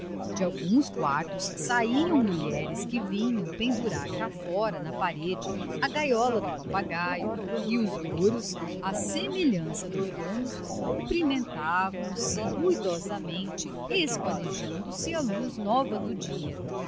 de alguns quartos saiam mulheres que vinham pendurar cá fora na parede a gaiola do papagaio e os louros à semelhança dos donos cumprimentavam se ruidosamente espanejando se à luz nova do dia